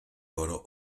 oro